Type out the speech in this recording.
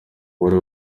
uwari